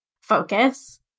focus